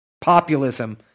populism